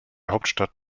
hauptstadt